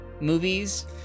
movies